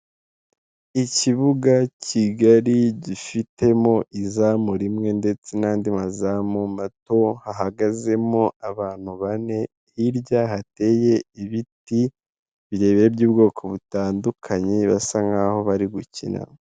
Ikibuga kigari gifitemo izamu rimwe ndetse n'andi mazamu mato, hahagazemo abantu bane; hirya hateye ibiti birebire by'ubwoko butandukanye, basa nkaho bari gukina.